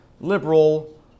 liberal